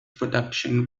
production